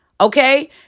Okay